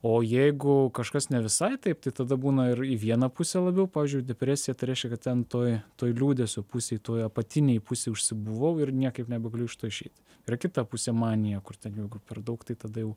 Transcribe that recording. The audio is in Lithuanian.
o jeigu kažkas ne visai taip tai tada būna ir į vieną pusę labiau pavyzdžiui į depresiją tai reiškia kad ten toj toj liūdesio pusėj toj apatinėj pusėj užsibuvau ir niekaip nebegaliu iš to išeit yra kita pusė manija kur ten jau per daug tai tada jau